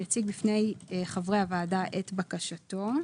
-- "יציג בפני חברי הוועדה את בקשתו.